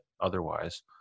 otherwise